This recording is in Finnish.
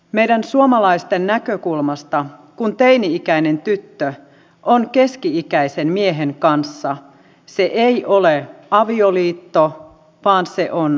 meidän suomalaisten näkökulmasta silloin kun teini ikäinen tyttö on keski ikäisen miehen kanssa se ei ole avioliitto vaan se on hyväksikäyttöä